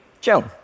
Joan